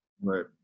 right